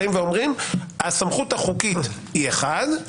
אומרים: הסמכות החוקית היא אחד,